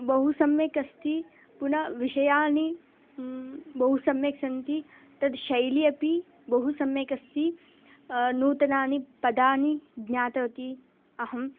बहु सम्यक् अस्ति पुनः विषयाः बहु सम्यक् सन्ति तद् शैली अपि बहु सम्यक् अस्ति नूतनानि पदानि ज्ञातवती अहम्